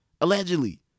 Allegedly